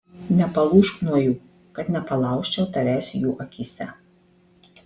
nepalūžk nuo jų kad nepalaužčiau tavęs jų akyse